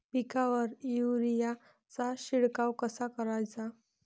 पिकावर युरीया चा शिडकाव कसा कराचा?